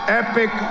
epic